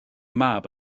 mab